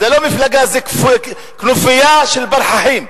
זו לא מפלגה, זו כנופיה של פרחחים.